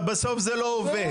בסוף זה לא עובד.